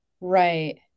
Right